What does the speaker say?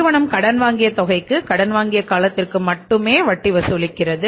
நிறுவனம் கடன் வாங்கிய தொகைக்கு கடன் வாங்கிய காலத்திற்கு மட்டுமே மட்டுமே வட்டி வசூலிக்கப்படுகிறது